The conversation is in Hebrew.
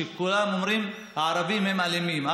כולם אומרים: הערבים הם אלימים.